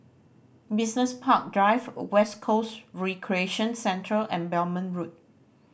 Business Park Drive West Coast Recreation Centre and Belmont Road